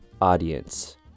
audience